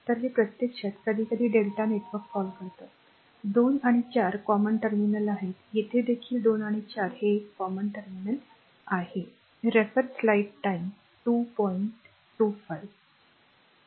तर हे प्रत्यक्षात कधीकधी lrmΔ नेटवर्क कॉल करतात 2 आणि 4 common टर्मिनल आहेत येथे देखील 2 आणि 4 हे एक common टर्मिनल आहे